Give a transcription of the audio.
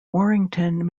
warrington